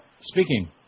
Speaking